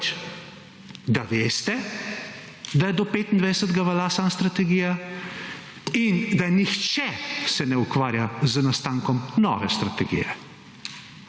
da veste, da do 25. velja samo strategija in da nihče se ne ukvarja z nastankom nove strategije.